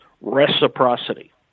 reciprocity